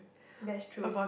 that's true